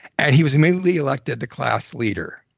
and he was immediately elected the class leader